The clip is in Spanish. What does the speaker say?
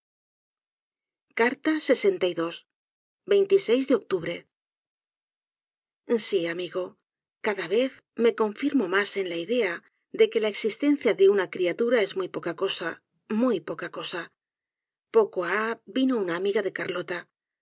este vacio de octutysí amigo cada vez me confirmo mas en k ea de que la existencia de una criatura es muy poca cosa muy poca cosa poco ha vino una amiga de carlota